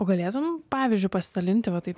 o galėtum pavyzdžiu pasidalinti va taip